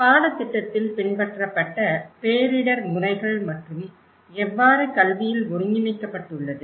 பாடத்திட்டத்தில் பின்பற்றப்பட்ட பேரிடர் முறைகள் எவ்வாறு கல்வியில் ஒருங்கிணைக்கப்பட்டுள்ளது